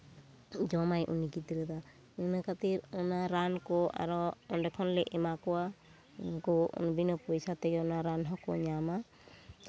ᱡᱚᱢᱟᱭ ᱩᱱᱤ ᱜᱤᱫᱽᱨᱟᱹ ᱫᱚ ᱤᱱᱟᱹ ᱠᱷᱟᱹᱛᱤᱨ ᱚᱱᱟ ᱨᱟᱱ ᱠᱚ ᱟᱨᱚ ᱚᱸᱰᱮ ᱠᱷᱚᱱ ᱞᱮ ᱮᱢᱟ ᱠᱚᱣᱟ ᱩᱱᱠᱩ ᱵᱤᱱᱟᱹ ᱯᱚᱭᱥᱟ ᱛᱮ ᱚᱱᱟ ᱨᱟᱱ ᱦᱚᱸᱠᱚ ᱧᱟᱢᱟ